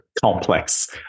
complex